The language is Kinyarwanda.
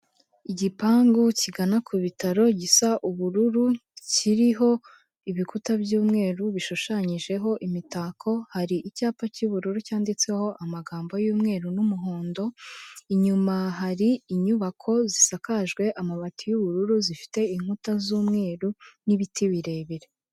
Igipangu kigana ku bitaro gisa ubururu, kiriho ibikuta by'umweru bishushanyijeho imitako, hari icyapa cy'ubururu cyanditseho amagambo y'umweru n'umuhondo, inyuma hari inyubako zisakajwe amabati y'ubururu, zifite inkuta z'umweru n'ibiti birebire.